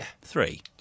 three